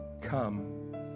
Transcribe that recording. Come